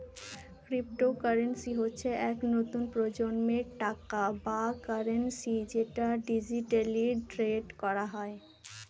cryptocurrency হচ্ছে এক নতুন প্রজন্মের টাকা বা কারেন্সি যেটা ডিজিটালি ট্রেড করা হয়